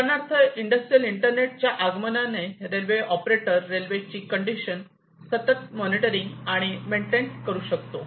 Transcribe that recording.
उदाहरणार्थ इंडस्ट्रियल इंटरनेटच्या आगमनाने रेल्वे ऑपरेटर रेल्वेची कंडिशन सतत मॉनिटरिंगआणि मेंटेन करू शकतो